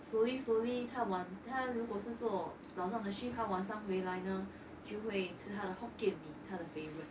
slowly slowly 他晚他如果是做早上的 shift 他晚上回来呢吃他的 hokkien mee 他的 favourite